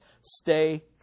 Stay